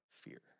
fear